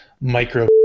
Micro